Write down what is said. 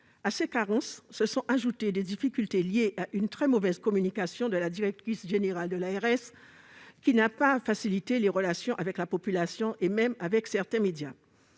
À ces carences se sont ajoutées des difficultés liées à une très mauvaise communication de la part de la directrice générale de l'ARS, qui n'a pas facilité les relations avec la population et même avec certains médias.